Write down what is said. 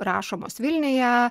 rašomos vilniuje